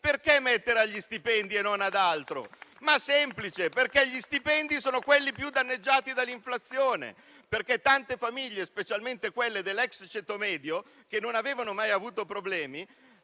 Perché sugli stipendi e non su altro? Semplice perché gli stipendi sono quelli più danneggiati dall'inflazione, perché tante famiglie, specialmente quelle dell'ex ceto medio, che non avevano mai avuto problemi,